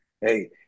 hey